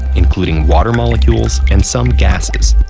including water molecules and some gases.